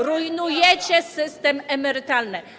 Rujnujecie system emerytalny.